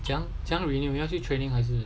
怎样怎样 renew 你要去 training 还是